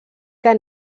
què